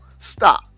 stop